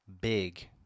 big